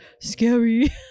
Scary